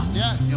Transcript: yes